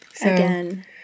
Again